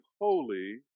holy